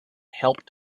helped